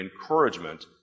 encouragement